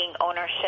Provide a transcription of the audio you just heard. ownership